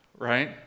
Right